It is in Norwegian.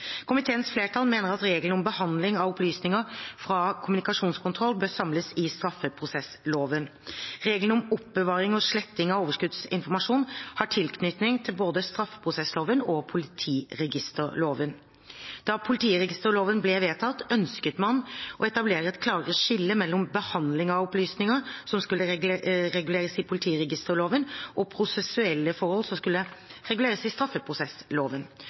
Komiteens flertall mener at reglene om behandling av opplysninger fra kommunikasjonskontroll bør samles i straffeprosessloven. Reglene om oppbevaring og sletting av overskuddsinformasjon har tilknytning til både straffeprosessloven og politiregisterloven. Da politiregisterloven ble vedtatt, ønsket man å etablere et klarere skille mellom behandling av opplysninger, som skulle reguleres i politiregisterloven, og prosessuelle forhold, som skulle reguleres i straffeprosessloven.